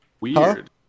weird